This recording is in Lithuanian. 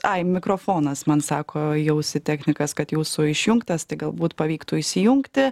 ai mikrofonas man sako į ausį technikas kad jūsų išjungtas galbūt pavyktų įsijungti